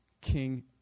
king